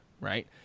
Right